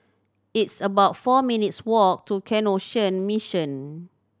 it's about four minutes' walk to Canossian Mission